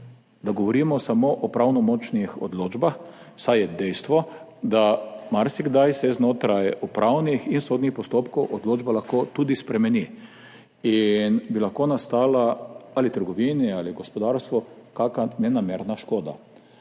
da govorimo samo o pravnomočnih odločbah, saj je dejstvo, da se marsikdaj znotraj upravnih in sodnih postopkov odločba lahko tudi spremeni in bi lahko nastala v trgovini ali gospodarstvu kaka nenamerna škoda.